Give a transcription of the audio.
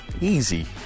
Easy